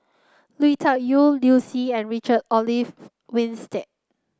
Lui Tuck Yew Liu Si and Richard Olaf Winstedt